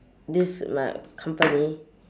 this my company